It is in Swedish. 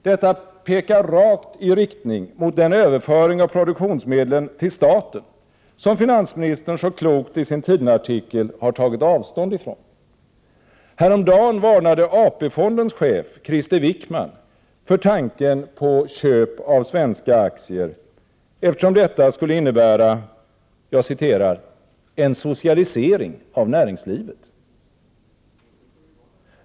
Detta pekar rakt i riktning mot den överföring av produktionsmedlen till staten som finansministern så klokt i sin Tiden-artikel har tagit avstånd ifrån. Häromdagen varnade AP-fondens chef Krister Wickman för tanken på köp av svenska aktier, eftersom detta skulle innebära ”en socialisering av näringslivet”.